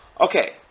Okay